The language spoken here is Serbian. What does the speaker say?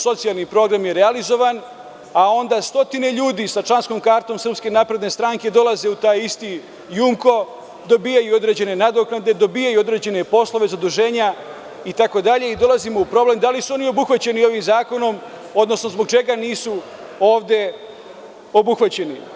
Socijalni program je realizovan a onda stotine ljudi sa članskom kartom SNS dolazi u taj isti „Jumko“ dobijaju određene nadoknade, dobijaju određene poslove, zaduženja itd. i dolazimo u problem da li su oni obuhvaćeni ovim zakonom, odnosno zbog čega nisu ovde obuhvaćeni?